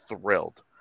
thrilled